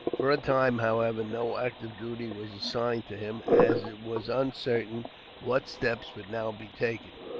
for a time, however, no active duty was assigned to him, as it was uncertain what steps would now be taken.